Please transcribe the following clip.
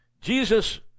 Jesus